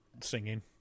singing